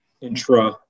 intra